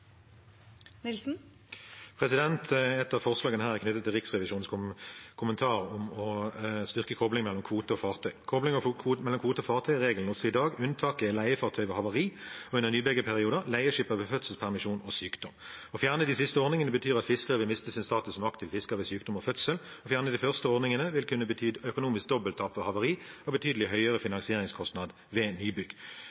i dag. Unntaket er leiefartøy ved havari og under nybyggperioder, og leieskipper ved fødselspermisjon og sykdom. Å fjerne de siste ordningene betyr at fiskere vil miste sin status som aktiv fisker ved sykdom og fødsel, å fjerne de første ordningene vil kunne bety et økonomisk dobbelttap ved havari og betydelig høyere